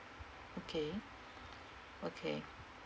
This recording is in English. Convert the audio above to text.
okay okay